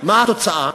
מה התוצאה?